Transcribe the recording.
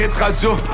radio